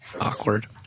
awkward